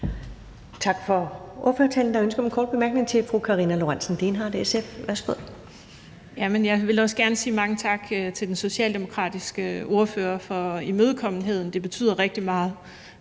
Tak for ordførertalen. Der er ønske om en kort bemærkning til fru Karina Lorentzen Dehnhardt, SF. Værsgo.